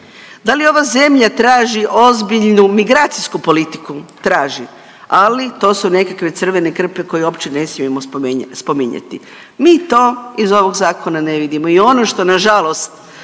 Da li ova zemlja traži ozbiljnu migracijsku politiku? Traži, ali to su nekakve crvene krpe koje uopće ne smijemo spominjati. Mi to iz ovog zakona ne vidimo. I ono što nažalost